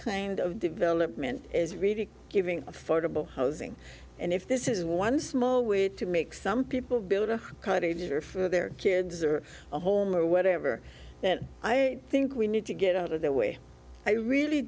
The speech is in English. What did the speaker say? kind of development is really giving affordable housing and if this is one small way to make some people build a cottage or for their kids or home or whatever i think we need to get out of the way i really